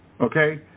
Okay